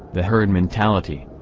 the herd mentality.